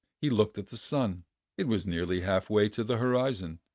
he looked at the sun it was nearly half way to the horizon,